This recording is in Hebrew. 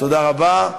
תודה רבה.